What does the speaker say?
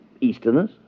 Easterners